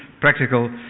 practical